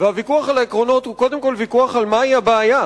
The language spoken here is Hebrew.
הוויכוח על העקרונות הוא קודם כול ויכוח על מהי הבעיה,